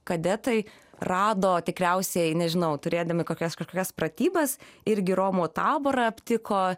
kadetai rado tikriausiai nežinau turėdami kokias kažkokias pratybas irgi romų taborą aptiko